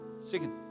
Second